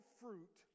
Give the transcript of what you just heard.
fruit